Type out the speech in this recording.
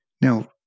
Now